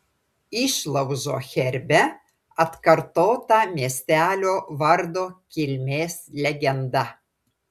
išlaužo herbe atkartota miestelio vardo kilmės legenda